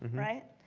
right?